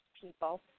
people